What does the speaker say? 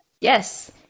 Yes